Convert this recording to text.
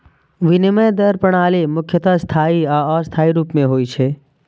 विनिमय दर प्रणाली मुख्यतः स्थायी आ अस्थायी रूप मे होइ छै